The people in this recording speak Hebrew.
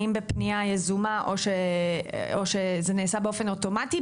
האם בפנייה יזומה או שזה נעשה באופן אוטומטי,